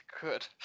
Good